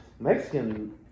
Mexican